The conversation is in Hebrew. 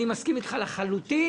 אני מסכים אתך לחלוטין,